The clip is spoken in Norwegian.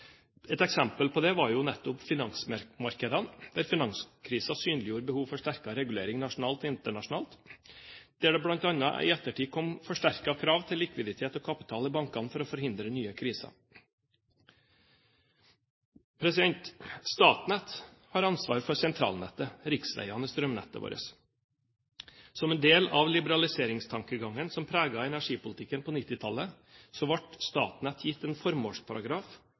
Et eksempel på dette var finansmarkedene, der finanskrisen synliggjorde behov for sterkere regulering nasjonalt og internasjonalt, der det bl.a. i ettertid kom forsterkede krav til likviditet og kapital i bankene for å forhindre nye kriser. Statnett har ansvar for sentralnettet – riksveiene i strømnettet vårt. Som en del av liberaliseringstankegangen som preget energipolitikken på 1990-tallet, ble Statnett gitt en formålsparagraf